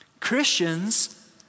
Christians